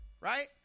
right